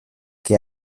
que